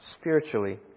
spiritually